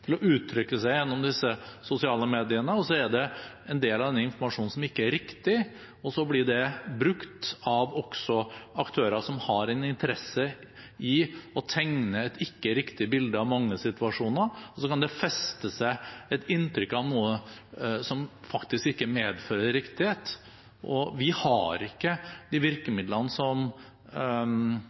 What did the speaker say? til å uttrykke seg gjennom disse sosiale mediene, når det er en del av denne informasjonen som ikke er riktig? Så blir det brukt også av aktører som har en interesse i å tegne et ikke riktig bilde av mange situasjoner. Og så kan det festne seg et inntrykk av noe som faktisk ikke medfører riktighet. Vi har ikke virkemidler som